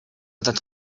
that